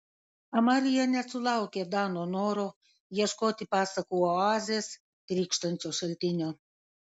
amalija nesulaukė dano noro ieškoti pasakų oazės trykštančio šaltinio